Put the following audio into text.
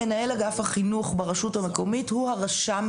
מנהל אגף החינוך ברשות המקומית הוא הרשם,